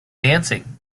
dancing